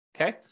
Okay